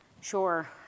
Sure